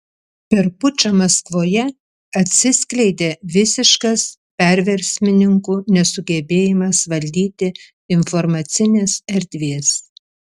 per pučą maskvoje atsiskleidė visiškas perversmininkų nesugebėjimas valdyti informacinės erdvės